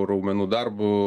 raumenų darbo